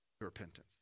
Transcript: repentance